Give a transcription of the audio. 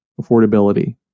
affordability